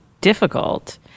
difficult